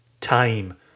time